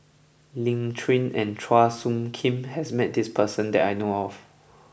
Lin Chen and Chua Soo Khim has met this person that I know of